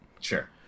Sure